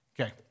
Okay